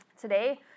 Today